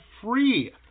free